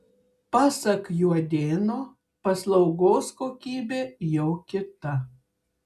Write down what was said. pasak juodėno paslaugos kokybė jau kita